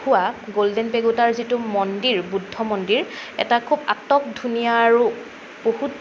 হোৱা গ'ল্ডেন পেগোডাৰ যিটো মন্দিৰ বুদ্ধ মন্দিৰ এটা খুব আটকধুনীয়া আৰু বহুত